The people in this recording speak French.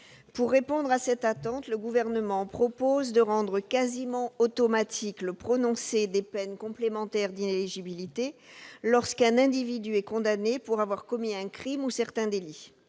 Pour répondre à cette attente, le Gouvernement propose de rendre quasiment automatique le prononcé des peines complémentaires d'inéligibilité lorsqu'un individu est condamné pour avoir commis un crime ou certains délits.